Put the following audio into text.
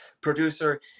producer